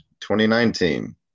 2019